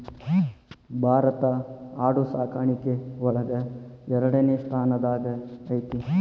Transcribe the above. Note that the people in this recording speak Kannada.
ಭಾರತಾ ಆಡು ಸಾಕಾಣಿಕೆ ಒಳಗ ಎರಡನೆ ಸ್ತಾನದಾಗ ಐತಿ